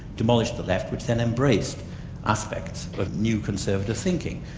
demolished the left, which then embraced aspects of new conservative thinking.